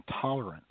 tolerance